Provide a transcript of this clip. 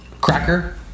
Cracker